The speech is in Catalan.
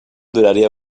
duraria